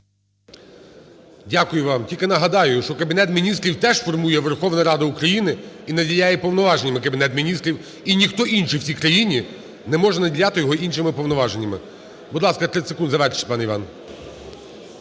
Дякую вам. Тільки нагадаю, що Кабінет Міністрів теж формує Верховна Рада України і наділяє повноваженнями Кабінет Міністрів, і ніхто інший в цій країні не може наділяти його іншими повноваженнями. Будь ласка, 30 секунд, завершуйте, пане Іван.